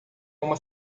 uma